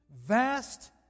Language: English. vast